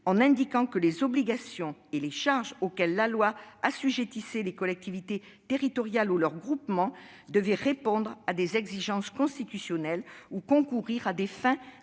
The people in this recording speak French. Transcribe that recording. été indiqué que les obligations et les charges auxquelles la loi assujettit les collectivités territoriales ou leurs groupements doivent répondre à « des exigences constitutionnelles » ou concourir à « des fins